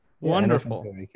Wonderful